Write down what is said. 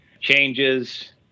Changes